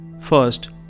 First